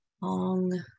long